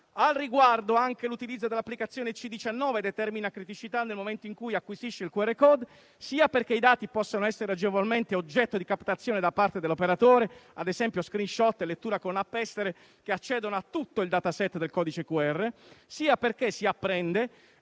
Al riguardo, anche l'utilizzo dell'applicazione C19 determina criticità nel momento in cui acquisisce il QR *code* sia perché i dati possono essere agevolmente oggetto di captazione da parte dell'operatore con, ad esempio, *screenshot* e lettura con App estere che accedono a tutto il *dataset* del codice QR, sia perché - si apprende